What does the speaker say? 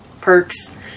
perks